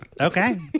okay